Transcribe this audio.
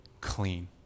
clean